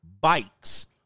bikes